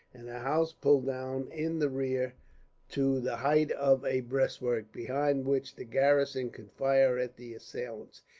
and a house pulled down in the rear to the height of a breastwork, behind which the garrison could fire at the assailants,